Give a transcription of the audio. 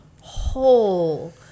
whole